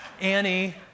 Annie